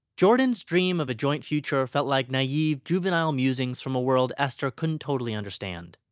jordan's dream of a joint future felt like naive, juvenile musings from a world esther couldn't totally understand.